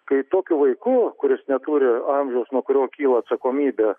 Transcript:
kai tokiu vaiku kuris neturi amžiaus nuo kurio kyla atsakomybė